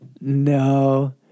No